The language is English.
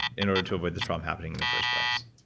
in order to avoid this problem happening in the first place?